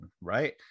right